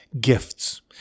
gifts